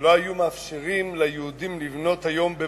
שלא היו מאפשרים היום ליהודים לבנות במנהטן.